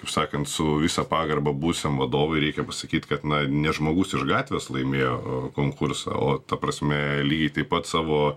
sakant su visa pagarba buvusiam vadovui reikia pasakyt kad na ne žmogus iš gatvės laimėjo konkursą o ta prasme lygiai taip pat savo